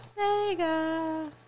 Sega